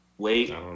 Wait